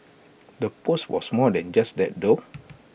the post was more than just that though